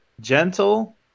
gentle